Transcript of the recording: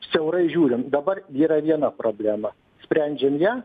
siaurai žiūrim dabar yra viena problema sprendžiam ją